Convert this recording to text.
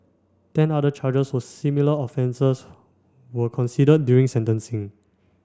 ten other charges for similar offences were considered during sentencing